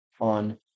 on